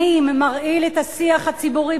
שזה שנים מרעיל את השיח הציבורי,